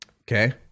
Okay